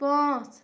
پانٛژھ